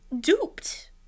duped